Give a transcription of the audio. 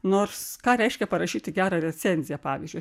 nors ką reiškia parašyti gerą recenziją pavyzdžiui